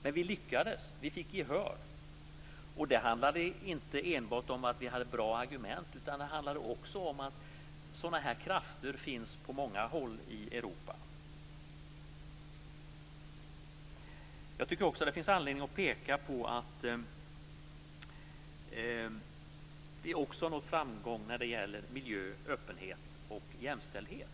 Men vi lyckades. Vi fick gehör. Det handlade inte enbart om att vi hade bra argument, utan också om att sådana här krafter finns på många håll i Europa. Jag tycker att det finns anledning att peka på att vi också har nått framgång när det gäller miljö, öppenhet och jämställdhet.